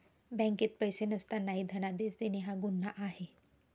बँकेत पैसे नसतानाही धनादेश देणे हा गुन्हा आहे